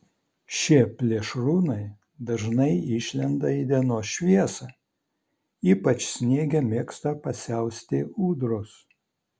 šie plėšrūnai dažnai išlenda į dienos šviesą ypač sniege mėgsta pasiausti ūdros